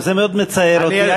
וזה מאוד מצער אותי.